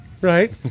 right